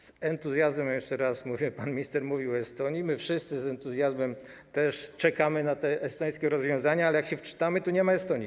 Z entuzjazmem jeszcze raz mówię - pan minister mówił o Estonii - my wszyscy z entuzjazmem też czekamy na te estońskie rozwiązania, ale jak się wczytamy, to tu nie ma Estonii.